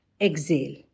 exhale